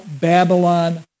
Babylon